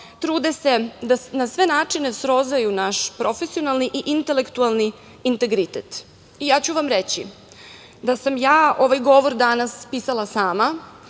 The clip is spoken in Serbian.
Trude se da na sve načine srozaju naš profesionalni i intelektualni integritet. Ja ću vam reći da sam ja ovaj govor danas pisala sama,